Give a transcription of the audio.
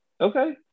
Okay